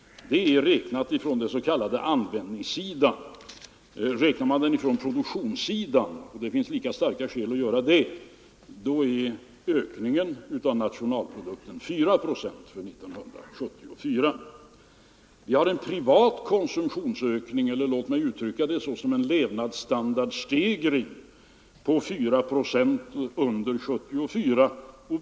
Dessa 3 procent är beräknade från den s.k. användningssidan. Räknar man från produktionssidan — och det finns lika starka skäl att göra det — är ökningen av BNP 4 procent för år 1974. Vi har en privat konsumtionsökning, eller låt mig kalla det för en levnadsstandardstegring, på 4 procent under 1974.